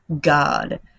God